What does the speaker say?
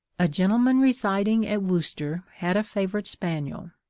a gentleman residing at worcester had a favourite spaniel,